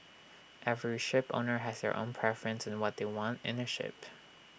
every shipowner has their own preference in what they want in A ship